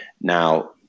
Now